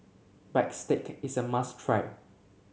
Bistake is a must try